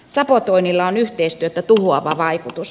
sabotoinnilla on yhteistyötä tuhoava vaikutus